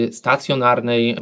stacjonarnej